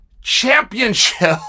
Championship